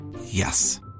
Yes